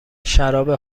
شراب